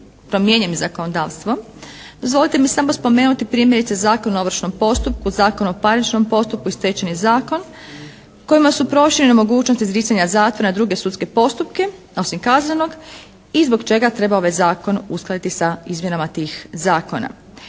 promijenjenim zakonodavstvom, dozvolite mi samo spomenuti primjerice Zakon o ovršnom postupku, Zakon o parničnom postupku i Stečajni zakon, kojima su proširene mogućnosti izricanja …/Govornik se ne razumije./… na druge sudske postupke, osim kaznenog i zbog čega treba ovaj zakon uskladiti sa izmjenama tih zakona.